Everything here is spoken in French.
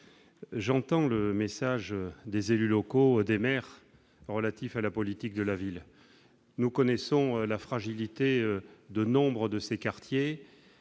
j'entends le message des élus locaux, des maires, relatif à la politique de la ville, nous connaissons la fragilité de nombres de ces quartiers